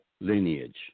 lineage